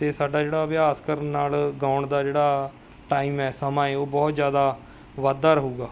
ਅਤੇ ਸਾਡਾ ਜਿਹੜਾ ਅਭਿਆਸ ਕਰਨ ਨਾਲ ਗਾਉਣ ਦਾ ਜਿਹੜਾ ਟਾਈਮ ਹੈ ਸਮਾਂ ਹੈ ਉਹ ਬਹੁਤ ਜ਼ਿਆਦਾ ਵਾਧਾ ਰਹੂਗਾ